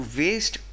waste